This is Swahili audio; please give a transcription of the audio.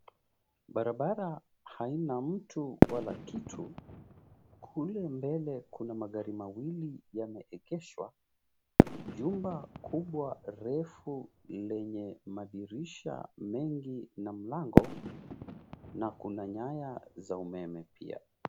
Barabara haina mtu wala kitu, kule mbele kuna magari mawili yameegeshwa jumba kubwa refu lenye mengi na mlango, na kuna nyaya za umeme pia.